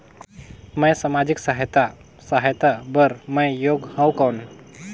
मैं समाजिक सहायता सहायता बार मैं योग हवं कौन?